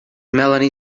melanie